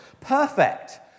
perfect